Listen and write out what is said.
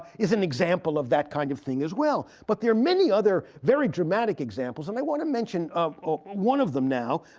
is an example of that kind of thing as well. but there are many other very dramatic examples. and i want to mention one of one of them now.